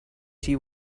she